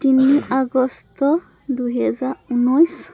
তিনি আগষ্ট দুহেজাৰ ঊনৈছ